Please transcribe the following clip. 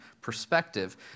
perspective